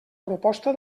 proposta